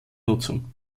nutzung